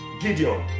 Gideon